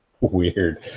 Weird